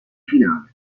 finale